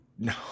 No